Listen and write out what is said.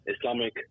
Islamic